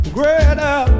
Greater